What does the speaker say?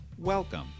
Welcome